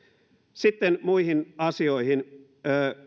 sitten muihin asioihin